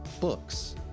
books